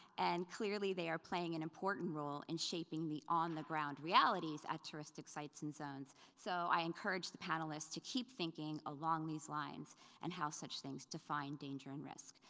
and clearly they are playing an important role in shaping the on-the-ground realities at touristic sites and zones, so i encourage the panelists to keep thinking along these lines and how such things define danger and risk.